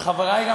בחברי לקואליציה.